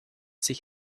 sich